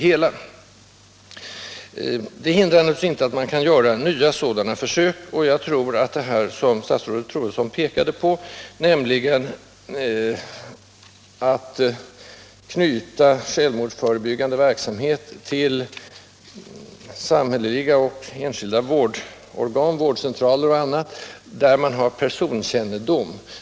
Detta hindrar naturligtvis inte att man kan göra nya sådana försök. Och då tror jag att en väsentlig faktor skulle vara det som statsrådet Troedsson här pekade på, nämligen att knyta självmordsförebyggande verksamhet till samhälleliga vårdorgan, vårdcentraler och praktiserande läkare, där man har god personkännedom.